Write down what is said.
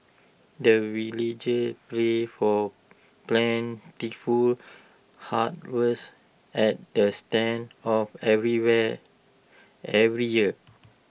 the villagers pray for plentiful harvest at the start of everywhere every year